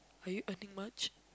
are you earning much